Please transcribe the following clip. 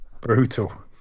Brutal